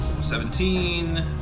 Seventeen